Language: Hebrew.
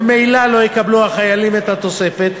ממילא לא יקבלו החיילים את התוספת,